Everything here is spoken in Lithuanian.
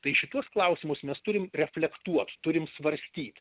tai šituos klausimus mes turim reflektuot turim svarstyt